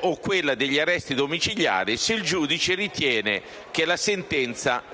o quella degli arresti domiciliari se il giudice ritiene che con la sentenza possa